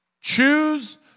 Choose